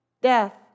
death